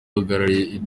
uhagarariye